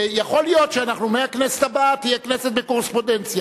יכול להיות שמהכנסת הבאה תהיה כנסת בקורספונדנציה.